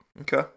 Okay